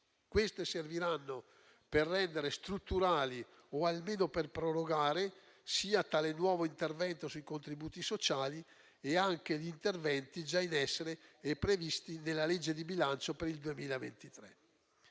Queste serviranno per rendere strutturali o almeno per prorogare sia tale nuovo intervento sui contributi sociali, sia gli interventi già in essere e previsti nella legge di bilancio per il 2023.